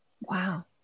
Wow